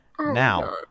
Now